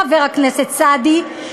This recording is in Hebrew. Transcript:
חבר הכנסת סעדי,